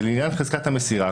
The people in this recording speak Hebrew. ולעניין חזקת המסירה,